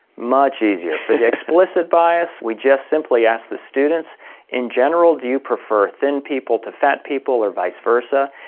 much easier. for the explicit bias we just simply ask the students in general do you prefer thin people to fat people or vice versa?